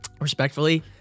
Respectfully